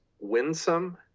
winsome